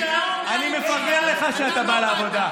אני מפרגן לך שאתה בא לעבודה.